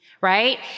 right